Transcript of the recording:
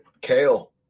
Kale